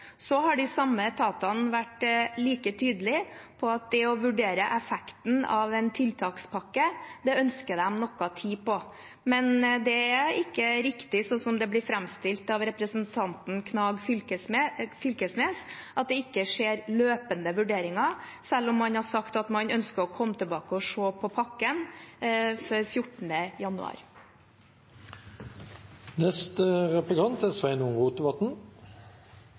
Så har de samme etatene vært like tydelige på at de ønsker noe tid for å vurdere effekten av en tiltakspakke. Men det er ikke riktig, slik det blir framstilt av representanten Knag Fylkesnes, at det ikke skjer løpende vurderinger, selv om man har sagt at man ønsker å komme tilbake og se på pakken før 14. januar. Problemet med argumentasjonen frå statsråden for full skjenkestopp er